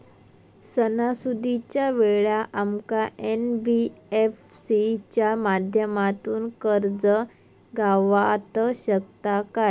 सणासुदीच्या वेळा आमका एन.बी.एफ.सी च्या माध्यमातून कर्ज गावात शकता काय?